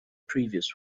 previous